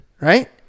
Right